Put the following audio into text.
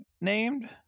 named